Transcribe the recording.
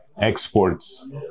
exports